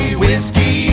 whiskey